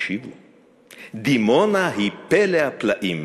דימונה היא פלאי-פלאים.